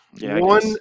One